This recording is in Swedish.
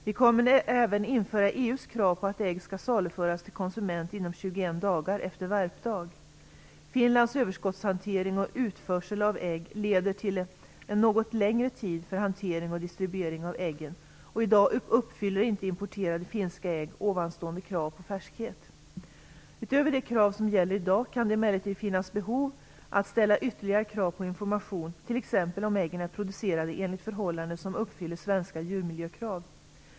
Vi kommer även att införa EU:s krav på att ägg skall saluföras till konsument inom 21 dagar efter värpdag. Finlands överskottshantering och utförsel av ägg leder till en något längre tid för hantering och distribuering av äggen, och i dag uppfyller inte importerade finska ägg ovanstående krav på färskhet. Utöver de krav som gäller i dag kan det emellertid finnas behov att ställa ytterligare krav på information, t.ex. om äggen är producerade enligt förhållanden som uppfyller svenska djurmiljökrav.